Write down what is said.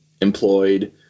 employed